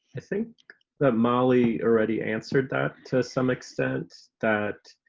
i think that molly already answered that to some extent that